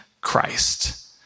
Christ